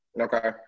okay